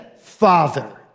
Father